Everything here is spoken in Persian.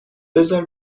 بزار